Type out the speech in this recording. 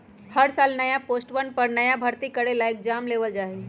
हर साल नया पोस्टवन पर नया भर्ती करे ला एग्जाम लेबल जा हई